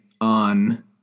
on